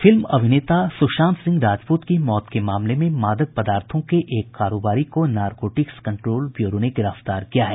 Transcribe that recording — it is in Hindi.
फिल्म अभिनेता सुशांत सिंह राजपूत की मौत के मामले में मादक पदार्थों के एक कारोबारी को नारकोटिक्स कंट्रोल ब्यूरो ने गिरफ्तार किया है